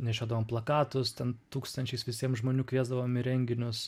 nešiodavom plakatus ten tūkstančiais visiem žmonių kviesdavom į renginius